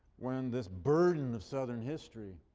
when this burden of southern history